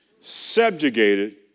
subjugated